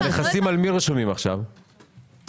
על שם מי רשומים עכשיו הנכסים?